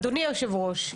אדוני היושב-ראש,